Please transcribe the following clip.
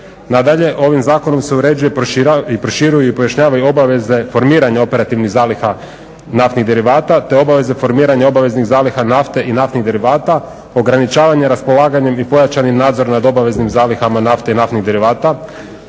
Nadalje, ovim zakonom se uređuje i proširuju i pojašnjavaju obaveze formiranja operativnih zaliha naftnih derivata, te obaveze formiranja obaveznih zaliha nafte i naftnih derivata, ograničavanje raspolaganjem i pojačani nadzor nad obaveznim zalihama nafte i naftnih derivata,